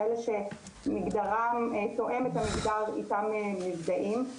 כאלה שמגדרם תואם את המגדר איתם מזדהים.